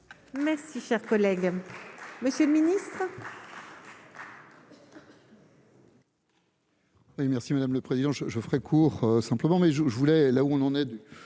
Merci, cher collègue, Monsieur le Ministre.